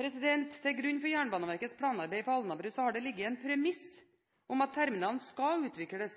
Til grunn for Jernbaneverkets planarbeid på Alnabru har det ligget et premiss om at terminalen skal utvikles